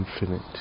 infinite